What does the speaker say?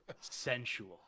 Sensual